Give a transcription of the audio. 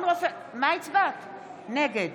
נגד